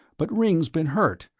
but ringg's been hurt.